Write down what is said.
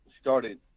Started